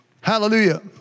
Hallelujah